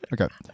Okay